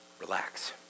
relax